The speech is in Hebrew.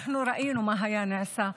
אנחנו ראינו מה נעשה.